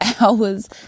hours